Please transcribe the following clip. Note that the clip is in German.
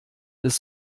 des